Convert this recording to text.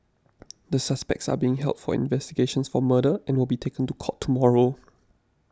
the suspects are being held for investigations for murder and will be taken to court tomorrow